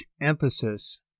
emphasis